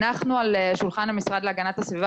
הנחנו על שולחן המשרד להגנת הסביבה,